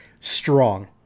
strong